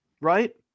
right